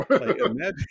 imagine